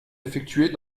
effectués